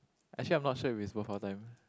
actually I'm not sure if is worth our time